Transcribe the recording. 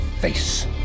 face